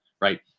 right